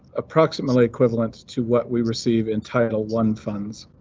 approximately equivalent to what we receive in title one funds.